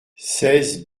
seize